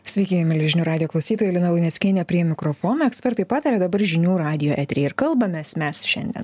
sveiki mieli žinių radijo klausytojai lina luneckienė prie mikrofono ekspertai pataria dabar žinių radijo etery ir kalbamės mes šiandien